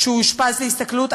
כשהוא אושפז להסתכלות,